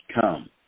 come